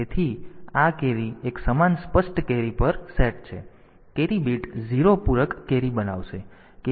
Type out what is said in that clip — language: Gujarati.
તેથી આ કેરી એક સમાન સ્પષ્ટ કેરી પર સેટ છે કેરી બીટ 0 પૂરક કેરી બનાવશે